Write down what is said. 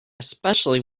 especially